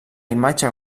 imatge